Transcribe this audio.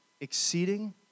exceeding